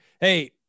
hey